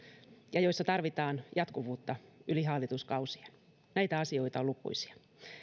ja joissa tarvitaan jatkuvuutta yli hallituskausien näitä asioita on lukuisia